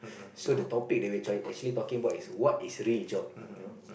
so the topic that we try actually talking about is what is real job you know